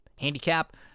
handicap